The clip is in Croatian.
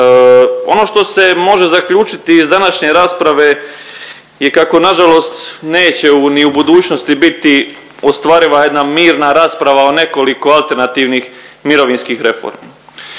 Ono što se može zaključiti iz današnje rasprave je kako na žalost neće ni u budućnosti biti ostvariva jedna mirna rasprava o nekoliko alternativnih mirovinskih reformi.